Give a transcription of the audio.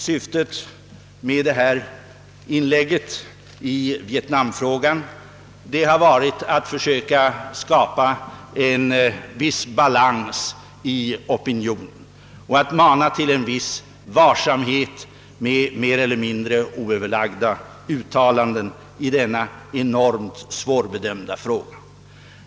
Syftet med detta inlägg i vietnamfrågan har varit att försöka skapa en viss balans i opinionen och att mana till en viss varsamhet med mer eller mindre oöverlagda uttalanden i denna enormt svårbedömda fråga.